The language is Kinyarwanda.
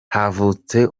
havutse